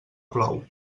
plou